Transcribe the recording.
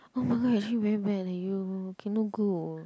oh my god you're actually very bad leh you K no good